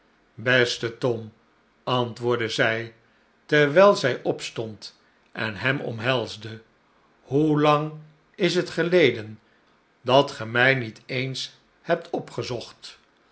beste tom antwoordde zij terwijl zij opstond en hem omhelsde hoelang is het geleden dat ge mij niet eens hebt opgezocht